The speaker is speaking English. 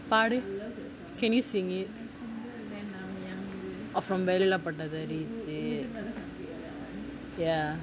பாடு:paadu can you sing it வேலை இல்லா பட்டதாரி:vellai illaatha pattathaari ya